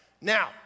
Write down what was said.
Now